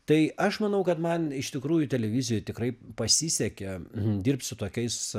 tai aš manau kad man iš tikrųjų televizijoj tikrai pasisekė dirbt su tokiais